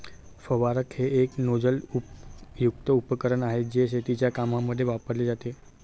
फवारक हे एक नोझल युक्त उपकरण आहे, जे शेतीच्या कामांमध्ये वापरले जाते